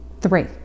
Three